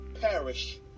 perish